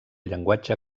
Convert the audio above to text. llenguatge